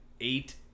eight